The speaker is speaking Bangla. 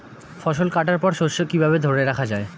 ফসল কাটার পর শস্য কিভাবে ধরে রাখা য়ায়?